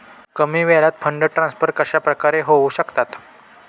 कमी वेळात fund transfer कशाप्रकारे होऊ शकतात?